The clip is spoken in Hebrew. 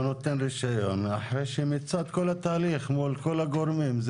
הוא נותן רישיון אחרי שמיצה את כל התהליך מול כל הגורמים.